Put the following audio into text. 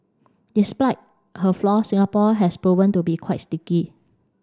despite her flaw Singapore has proven to be quite sticky